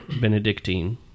Benedictine